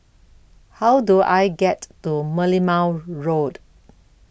How Do I get to Merlimau Road